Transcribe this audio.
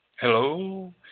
Hello